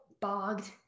bogged